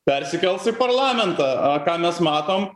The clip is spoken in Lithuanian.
persikels į parlamentą ką mes matom